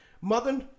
Mother